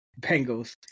Bengals